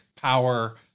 power